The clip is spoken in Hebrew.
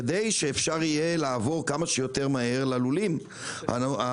כדי שאפשר יהיה לעבור כמה שיותר מהר ללולים הנורמליים.